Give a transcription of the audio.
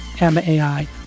MAI